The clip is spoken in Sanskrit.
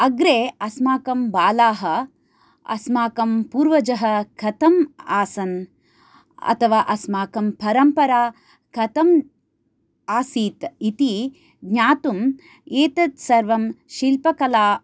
अग्रे अस्माकं बालाः अस्माकं पूर्वजः कथम् आसन् अथवा अस्माकं परम्परा कथम् आसीत् इति ज्ञातुम् एतद् सर्वं शिल्पकला